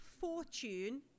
fortune